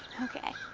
okay.